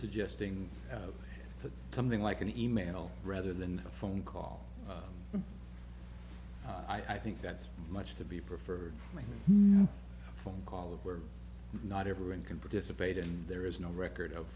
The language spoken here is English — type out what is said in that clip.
suggesting to something like an e mail rather than a phone call i think that's much to be preferred by phone call if we're not everyone can participate and there is no record of